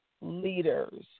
Leaders